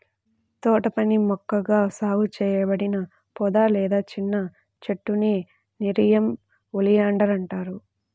తోటపని మొక్కగా సాగు చేయబడిన పొద లేదా చిన్న చెట్టునే నెరియం ఒలియాండర్ అంటారు